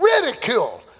ridiculed